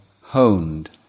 honed